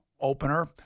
opener